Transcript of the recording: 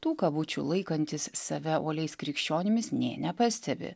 tų kabučių laikantys save uoliais krikščionimis nė nepastebi